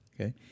okay